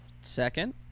second